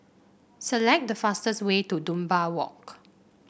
select the fastest way to Dunbar Walk